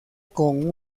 con